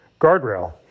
guardrail